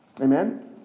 Amen